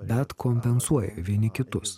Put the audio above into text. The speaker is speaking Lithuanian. bet kompensuoja vieni kitus